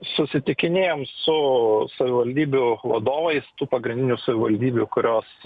susitikinėjam su savivaldybių vadovais tų pagrindinių savivaldybių kurios